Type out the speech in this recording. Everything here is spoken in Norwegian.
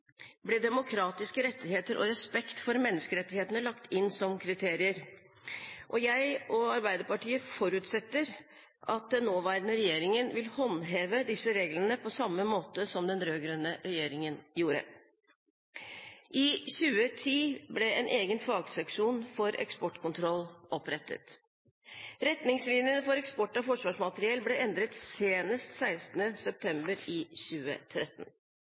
ble demokratiske rettigheter og respekt for menneskerettighetene lagt inn som kriterier. Jeg og Arbeiderpartiet forutsetter at den nåværende regjeringen vil håndheve disse reglene på samme måte som den rød-grønne regjeringen gjorde. I 2010 ble en egen fagseksjon for eksportkontroll opprettet. Retningslinjene for eksport av forsvarsmateriell ble endret senest 16. september 2013.